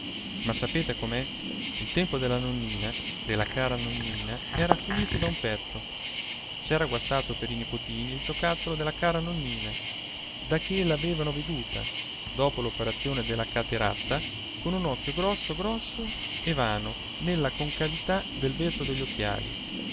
ma sapete com'è il tempo della nonnina della cara nonnina era finito da un pezzo s'era guastato per i nipotini il giocattolo della cara nonnina da che l'avevano veduta dopo l'operazione della cateratta con un occhio grosso grosso e vano nella concavità del vetro degli occhiali